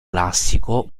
classico